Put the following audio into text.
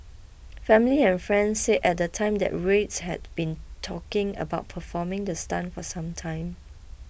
family and friends said at the time that Ruiz had been talking about performing the stunt for some time